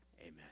amen